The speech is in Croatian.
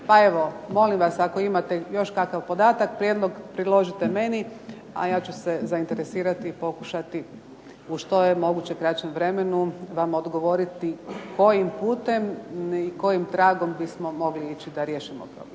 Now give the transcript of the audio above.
pa molim vas ako imate još kakav podatak, prijedlog, predložite meni, a ja ću se pokušati u što je moguće kraćem vremenu vam odgovoriti kojim putem i kojim tragom bismo mogli ići da riješimo problem.